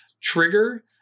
trigger